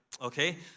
okay